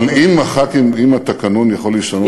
אבל אם התקנון יכול להשתנות בהצבעה,